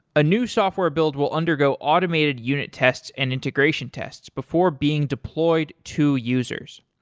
a new software build will undergo automated unit tests and integration tests before being deployed to users.